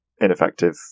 ineffective